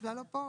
דקלה לא פה.